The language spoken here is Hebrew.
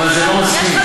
אבל זה לא מספיק.